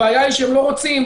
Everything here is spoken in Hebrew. הבעיה היא שהם לא רוצים.